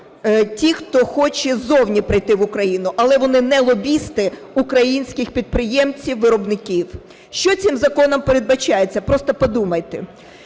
ті, хто хоче зовні прийти в Україну. Але вони не лобісти українських підприємців і виробників. Що цим законом передбачається? Просто подумайте.